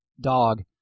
dog